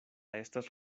estas